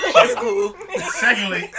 Secondly